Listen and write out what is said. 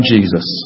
Jesus